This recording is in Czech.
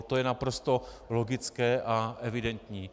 To je naprosto logické a evidentní.